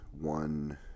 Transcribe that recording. one